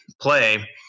play